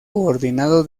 coordinado